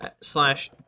slash